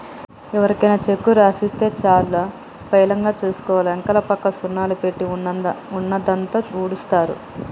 ఎవరికైనా చెక్కు రాసిస్తే చాలా పైలంగా చూసుకోవాలి, అంకెపక్క సున్నాలు పెట్టి ఉన్నదంతా ఊడుస్తరు